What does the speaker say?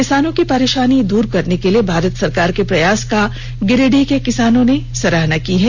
किसानों की परेशानी दूर करने के लिए भारत सरकार के प्रयास का गिरिडीह के किसानों ने सराहना की है